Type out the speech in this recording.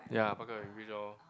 ya buck up your English orh